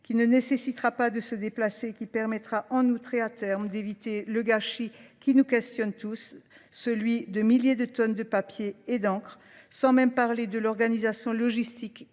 qui ne nécessitera pas de se déplacer et qui permettra en outre et à terme d'éviter le gâchis qui nous questionne tous, celui de milliers de tonnes de papiers et d'encre, sans même parler de l'organisation logistique